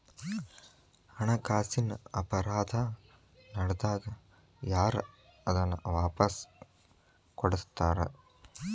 ಹಣಕಾಸಿನ್ ಅಪರಾಧಾ ನಡ್ದಾಗ ಯಾರ್ ಅದನ್ನ ವಾಪಸ್ ಕೊಡಸ್ತಾರ?